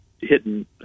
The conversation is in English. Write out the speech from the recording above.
hitting